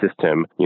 system